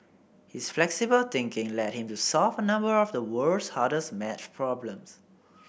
his flexible thinking led him to solve a number of the world's hardest maths problems